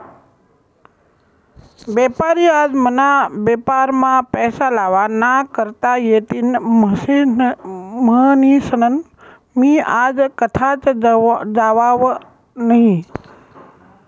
बेपारी आज मना बेपारमा पैसा लावा ना करता येतीन म्हनीसन मी आज कथाच जावाव नही